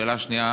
שאלה שנייה